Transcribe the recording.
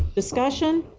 discussion?